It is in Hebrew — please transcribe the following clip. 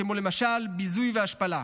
כמו למשל ביזוי והשפלה.